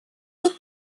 долга